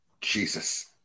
Jesus